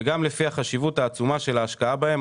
וגם לפי החשיבות העצומה של ההשקעה בהם.